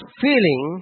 feeling